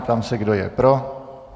Ptám se, kdo je pro.